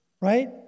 right